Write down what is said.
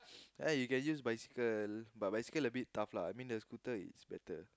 ya you can use bicycle but bicycle a bit tough lah I mean the scooter is better